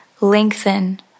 lengthen